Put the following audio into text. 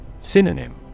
Synonym